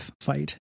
fight